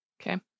Okay